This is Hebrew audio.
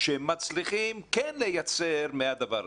שמצליחים כן לייצר מהדבר הזה.